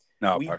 no